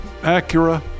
Acura